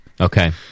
Okay